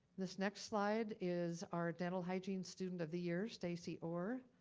this next slide is our dental hygiene student of the year, stacy orr.